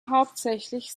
hauptsächlich